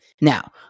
Now